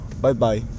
Bye-bye